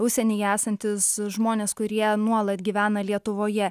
užsienyje esantys žmonės kurie nuolat gyvena lietuvoje